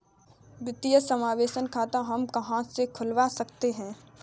वित्तीय समावेशन खाता हम कहां से खुलवा सकते हैं?